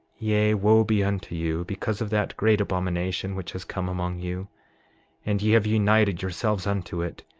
yea, wo be unto you because of that great abomination which has come among you and ye have united yourselves unto it,